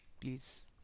please